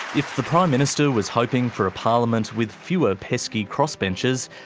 if the prime minister was hoping for a parliament with fewer pesky crossbenchers,